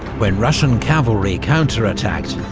when russian cavalry counterattacked,